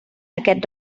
aquest